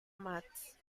mats